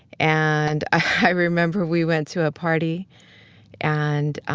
and i remember we went to a party and